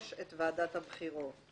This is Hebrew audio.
יש את ועדת הבחירות,